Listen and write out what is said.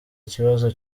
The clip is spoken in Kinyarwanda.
kibazo